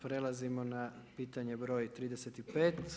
Prelazimo na pitanje broj 35.